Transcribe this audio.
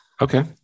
Okay